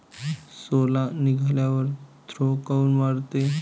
सोला निघाल्यावर थो काऊन मरते?